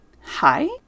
Hi